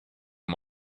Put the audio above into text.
him